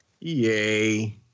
Yay